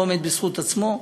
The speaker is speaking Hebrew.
לא עומד בזכות עצמו,